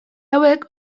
hauek